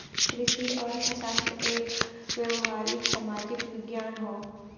कृषि अर्थशास्त्र एक व्यावहारिक सामाजिक विज्ञान हौ